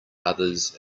others